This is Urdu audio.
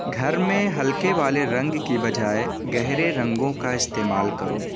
گھر میں ہلکے والے رنگ کے بجائے گہرے رنگوں کا استعمال کرو